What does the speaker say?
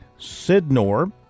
Sidnor